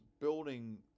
building